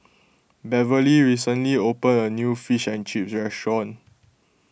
Beverlee recently opened a new Fish and Chips restaurant